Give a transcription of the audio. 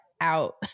out